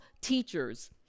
teachers